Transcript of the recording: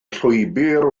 llwybr